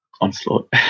onslaught